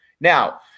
Now